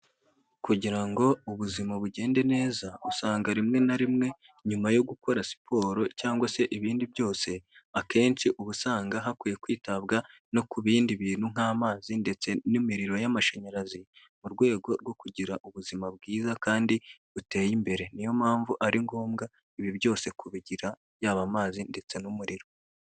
Kugira ngo ubuzima bugende neza usanga rimwe na rimwe nyuma yo gukora siporo cyangwa se ibindi byose akenshi uba usanga hakwiye kwitabwa no ku bindi bintu nk'amazi ndetse n'imiriro y'amashanyarazi mu rwego rwo kugira ubuzima bwiza kandi buteye imbere, niyo mpamvu ari ngombwa ibi byose kubigira yaba amazi ndetse n'umuriro.